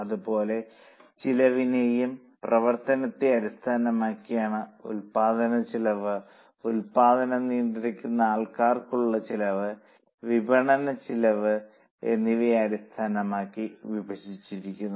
അതുപോലെ ചെലവിനെയും പ്രവർത്തനത്തെ അടിസ്ഥാനമാക്കി ഉല്പാദനച്ചെലവ് ഉൽപാദനം നിയന്ത്രിക്കുന്ന ആൾക്കുള്ള ചെലവ് വിപണന ചെലവ് എന്നിവയെ അടിസ്ഥാനമാക്കി വിഭജിച്ചിരിക്കുന്നു